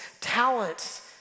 talents